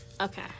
Okay